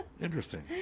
Interesting